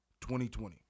2020